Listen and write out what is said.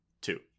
two